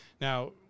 Now